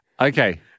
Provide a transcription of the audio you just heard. Okay